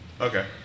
Okay